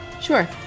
Sure